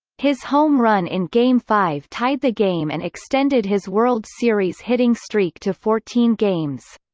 his home run in game five tied the game and extended his world series hitting streak to fourteen games.